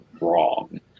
wrong